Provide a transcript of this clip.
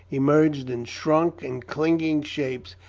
emerged in shrunk and clinging shapes,